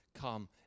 come